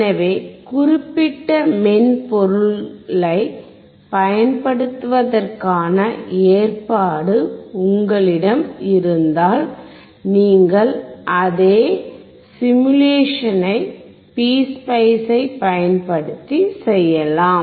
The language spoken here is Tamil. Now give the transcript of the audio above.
எனவே குறிப்பிட்ட மென்பொருளைப் பயன்படுத்துவதற்கான ஏற்பாடு உங்களிடம் இருந்தால் நீங்கள் அதே சிமுலேஷனை PSpice ஐப் பயன்படுத்தி செய்யலாம்